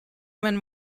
men